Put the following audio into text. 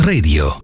Radio